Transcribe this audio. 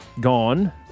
gone